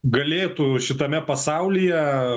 galėtų šitame pasaulyje